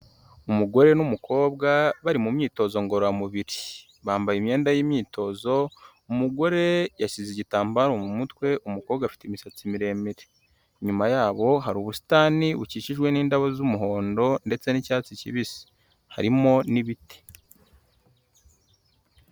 Umugore n'umukobwa bari mu myitozo ngororamubiri, bambaye imyenda yi'imyitozo umugore yashyize igitambaro mu mutwe, umukobwa afite imisatsi miremir. Inyuma ya bo hari ubusitani bukikijwe n'indabo z'umuhondo ndetse n'icyatsi kibisi harimo n'ibiti.